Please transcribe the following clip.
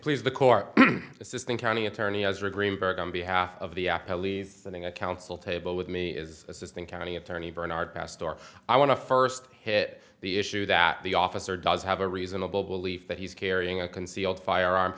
please the court assisting county attorney as we're greenberg on behalf of the actor leaves something i counsel table with me is assisting county attorney bernard pastore i want to first hit the issue that the officer does have a reasonable belief that he's carrying a concealed firearm